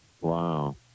wow